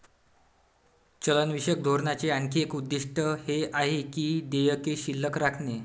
चलनविषयक धोरणाचे आणखी एक उद्दिष्ट हे आहे की देयके शिल्लक राखणे